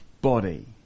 body